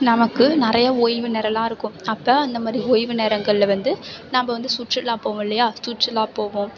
நமக்கு நிறையா ஓய்வு நேரமெலாம் இருக்கும் அப்போ அந்த மாதிரி ஓய்வு நேரங்களில் வந்து நம்ம வந்து சுற்றுலா போவோம் இல்லையா சுற்றுலா போவோம்